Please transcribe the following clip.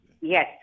Yes